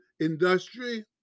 industry